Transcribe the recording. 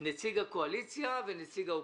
נציג הקואליציה ונציג האופוזיציה.